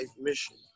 mission